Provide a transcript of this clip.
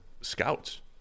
scouts